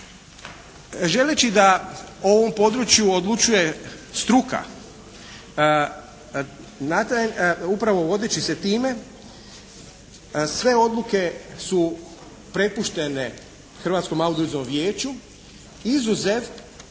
Želeći da o ovom području odlučuje struka na taj, upravo vodeći se time sve odluke su prepuštene Hrvatskom audio-vizualnom vijeću izuzev